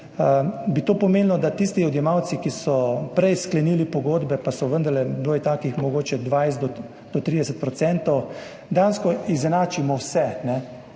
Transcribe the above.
bi to pomenilo, da tisti odjemalci, ki so prej sklenili pogodbe, takih je bilo mogoče 20 do 30 %, dejansko izenačimo vse